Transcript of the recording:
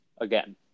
again